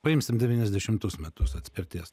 paimsim devyniasdešimtus metus atspirties